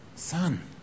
Son